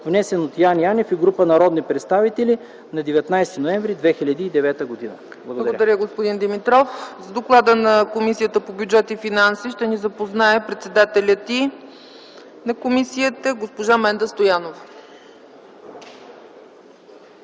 внесен от Яне Янев и група народни представители на 19 ноември 2009 г.” Благодаря. ПРЕДСЕДАТЕЛ ЦЕЦКА ЦАЧЕВА: Благодаря, господин Димитров. С доклада на Комисията по бюджет и финанси ще ни запознае председателят на комисията госпожа Менда Стоянова.